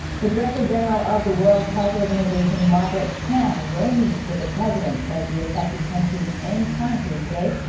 the director-general of the world health organization margaret chan will meet with the presidents of the affected countries in conakry today.